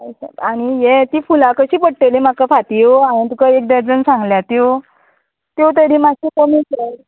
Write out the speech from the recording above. I सायबा आनी हें ती फुलां कशी पडटली म्हाका फातीयो हांवेन तुका एक डजन सांगल्या त्यो त्यो तरी मात्शें कमी कर